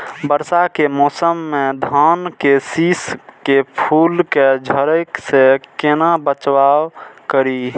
वर्षा के मौसम में धान के शिश के फुल के झड़े से केना बचाव करी?